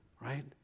right